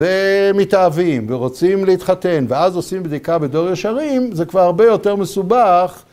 ומתאהבים, ורוצים להתחתן, ואז עושים בדיקה ב"דור ישרים", זה כבר הרבה יותר מסובך...